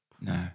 no